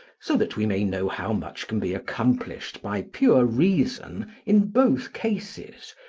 so that we may know how much can be accomplished by pure reason in both cases,